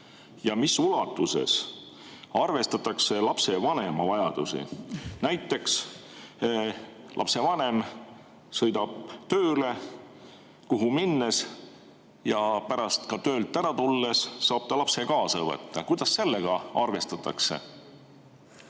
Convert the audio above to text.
on, mis ulatuses arvestatakse lapsevanema vajadusi. Näiteks lapsevanem sõidab tööle ja sinna minnes ja pärast ka töölt ära tulles saab ta lapse kaasa võtta. Kuidas sellega arvestatakse?